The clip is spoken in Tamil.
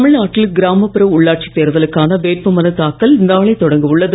தமிழ்நாட்டில் கிராமப்புற உள்ளாட்சித் தேர்தலுக்கான வேட்புமனு தாக்கல் நாளை தெமாடங்க உள்ளது